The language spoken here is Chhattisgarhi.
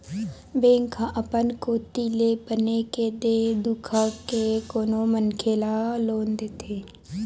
बेंक ह अपन कोती ले बने के देख दुखा के कोनो मनखे ल लोन देथे